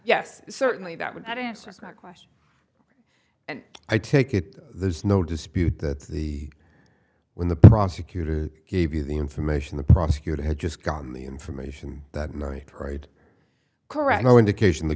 yes certainly that would not answer my question and i take it there's no dispute that the when the prosecutor gave you the information the prosecutor had just gotten the information that night right correct no indication the